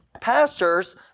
Pastors